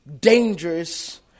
dangerous